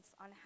on